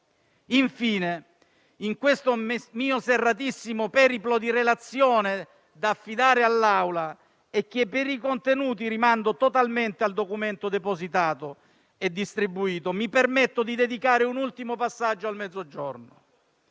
Infine, in questo mio serratissimo periplo di relazione da affidare all'Assemblea (per i cui contenuti rimando totalmente al documento depositato e distribuito), mi permetto di dedicare un ultimo passaggio al Mezzogiorno,